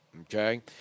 Okay